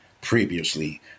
previously